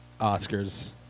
Oscars